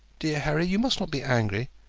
dear harry, you must not be angry,